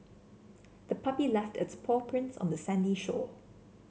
the puppy left its paw prints on the sandy shore